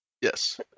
Yes